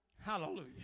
Hallelujah